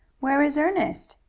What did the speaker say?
where is ernest?